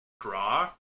draw